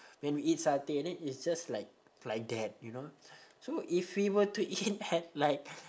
when we eat satay then it's just like like that you know so if we were to eat at like